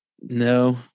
no